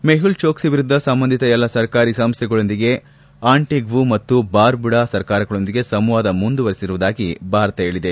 ಮೆಹುಲ್ ಚೋಕ್ಲಿ ವಿರುದ್ದ ಸಂಬಂಧಿತ ಎಲ್ಲಾ ಸರ್ಕಾರಿ ಸಂಸೈಗಳೊಂದಿಗೆ ಆಂಟಗ್ವು ಮತ್ತು ಬಾರ್ಬುಡಾ ಸರ್ಕಾರಗಳೊಂದಿಗೆ ಸಂವಾದ ಮುಂದುವರಿಸಿರುವುದಾಗಿ ಭಾರತ ಹೇಳಿದೆ